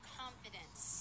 confidence